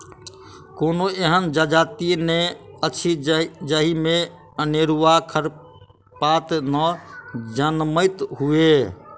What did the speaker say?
कोनो एहन जजाति नै अछि जाहि मे अनेरूआ खरपात नै जनमैत हुए